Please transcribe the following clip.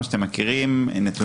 נתונים?